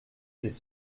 des